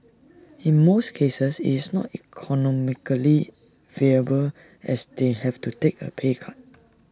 in most cases is not economically viable as they have to take A pay cut